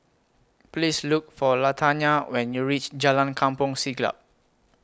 Please Look For Latanya when YOU REACH Jalan Kampong Siglap